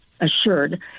assured